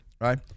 right